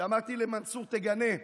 כשאמרתי למנסור: תגנה,